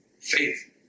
faith